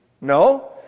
No